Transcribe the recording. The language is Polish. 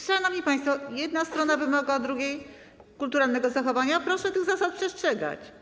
Szanowni państwo, jedna strona wymaga od drugiej kulturalnego zachowania, proszę tych zasad przestrzegać.